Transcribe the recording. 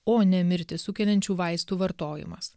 o ne mirtį sukeliančių vaistų vartojimas